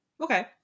Okay